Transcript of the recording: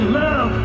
love